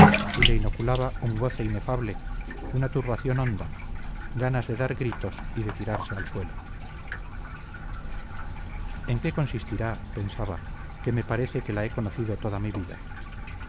y le inoculaba un goce inefable una turbación honda ganas de dar gritos y de tirarse al suelo en qué consistirá pensaba que me parece que la he conocido toda mi vida